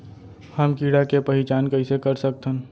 हम कीड़ा के पहिचान कईसे कर सकथन